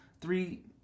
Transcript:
three